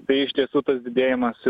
tai iš tiesų tas didėjimas